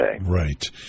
Right